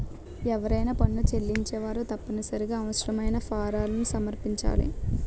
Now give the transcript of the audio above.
ఎవరైనా పన్ను చెల్లించేవారు తప్పనిసరిగా అవసరమైన ఫారాలను సమర్పించాలి